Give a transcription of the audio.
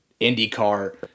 IndyCar